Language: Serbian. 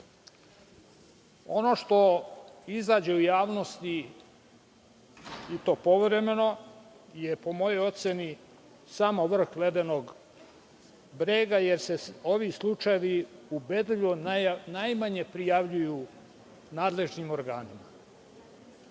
što izađe u javnost i to povremeno je po mojoj oceni samo vrh ledenog brega, jer se ovi slučajevi ubedljivo najmanje prijavljuju nadležnim organima.